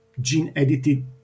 gene-edited